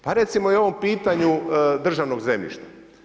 Pa recimo i ovom pitanju državnog zemljišta.